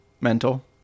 Mental